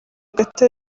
gato